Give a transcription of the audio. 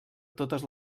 totes